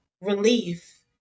relief